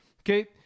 okay